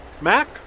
Mac